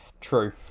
True